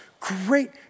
great